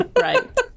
right